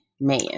Man